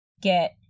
get